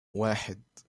واحد